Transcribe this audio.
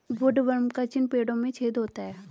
woodworm का चिन्ह पेड़ों में छेद होता है